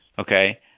Okay